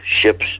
ships